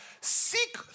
seek